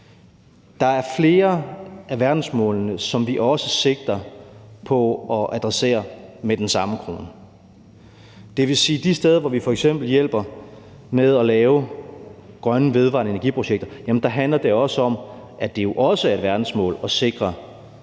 der er flere af verdensmålene, som vi sigter efter at adressere med den samme krone. Det vil sige, at det de steder, hvor vi f.eks. hjælper med at lave grønne vedvarende energiprojekter, også handler om, at det er et verdensmål at sikre